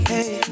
Hey